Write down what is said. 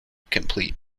complete